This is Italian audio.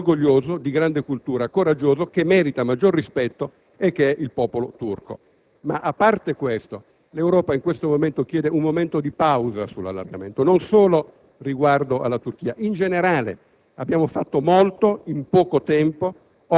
illuso e ingannato un popolo orgoglioso, di grande cultura, coraggioso e che merita maggiore rispetto: il popolo turco. A parte questo, però, l'Europa in questo momento chiede un momento di pausa sull'allargamento, non solo riguardo alla Turchia, ma in generale.